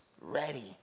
ready